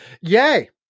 yay